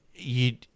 You